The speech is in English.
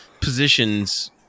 positions